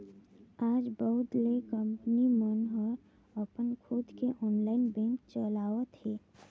आज बहुत से कंपनी मन ह अपन खुद के ऑनलाईन बेंक चलावत हे